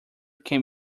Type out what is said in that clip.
can